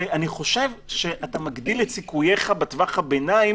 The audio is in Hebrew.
אני חושב שאתה מגדיל את סיכוייך בטווח הביניים